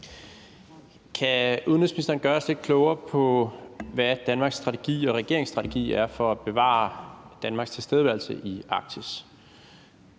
Kan udenrigsministeren gøre os lidt klogere på, hvad Danmarks strategi og regeringens strategi er for at bevare Danmarks tilstedeværelse i Arktis?